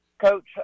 Coach